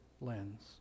lens